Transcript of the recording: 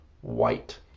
white